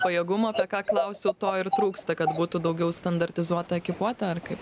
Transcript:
pajėgumo apie ką klausiau to ir trūksta kad būtų daugiau standartizuota ekipuota ar kaip